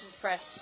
press